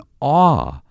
awe